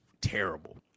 terrible